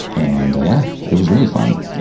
and yeah, it was really fun. yeah.